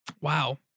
Wow